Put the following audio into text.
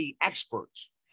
experts